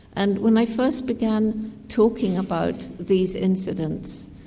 and when i first began talking about these incidents,